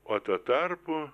o tuo tarpu